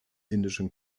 indischen